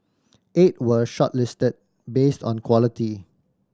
eight were shortlisted based on quality